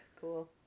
Cool